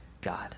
God